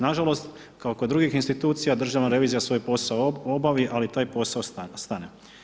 Nažalost, kao i kod drugih institucija, Državna revizija, svoj posao obavi, ali taj posao stane.